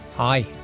Hi